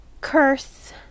curse